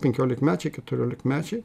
penkiolikmečiai keturiolikmečiai